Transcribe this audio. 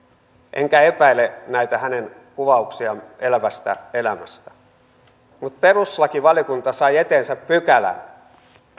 enkä epäile näitä hänen kuvauksiaan elävästä elämästä mutta perustuslakivaliokunta sai eteensä pykälän